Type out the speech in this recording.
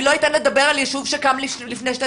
אני לא ייתן לדבר על יישוב שקם לפני שתי